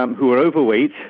um who were overweight,